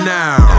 now